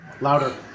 Louder